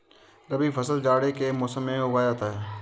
रबी फसल जाड़े के मौसम में उगाया जाता है